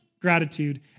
gratitude